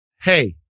Hey